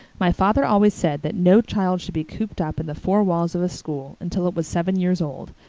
my father always said that no child should be cooped up in the four walls of a school until it was seven years old,